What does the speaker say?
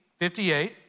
58